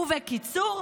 ובקיצור,